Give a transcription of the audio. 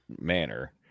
manner